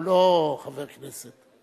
הוא לא חבר הכנסת.